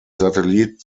satellit